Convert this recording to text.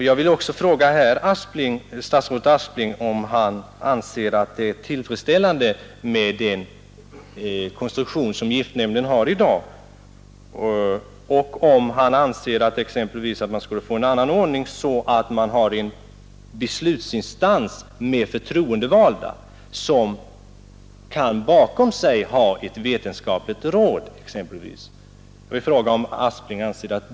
Jag vill fråga statsrådet Aspling, om han anser att giftnämndens nuvarande konstruktion är tillfredsställande eller om han anser att vi bör ha en annan ordning, en beslutsinstans med förtroendevalda, vilka bakom sig kan ha ett vetenskapligt råd.